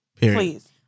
please